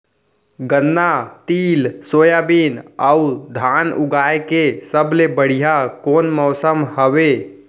गन्ना, तिल, सोयाबीन अऊ धान उगाए के सबले बढ़िया कोन मौसम हवये?